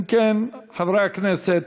אם כן, חברי הכנסת,